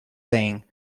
saying